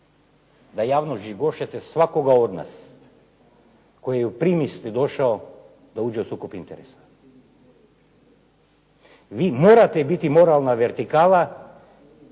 da javno žigošete svakoga od nas koji u primisli došao da dođe u sukob interesa. Vi morate biti moralna vertikala